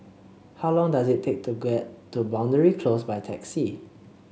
how long does it take to get to Boundary Close by taxi